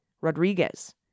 Rodriguez